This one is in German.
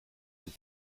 ein